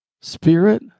Spirit